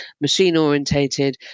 machine-orientated